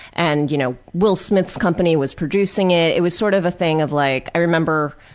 and you know, will smith's company was producing it, it was sort of a thing of like, i remember,